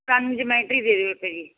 ਸਾਨੂੰ ਜਮੈਟਰੀ ਦੇ ਦਿਓ ਇੱਕ ਜੀ